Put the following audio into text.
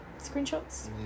screenshots